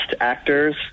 actors